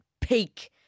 peak